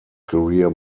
career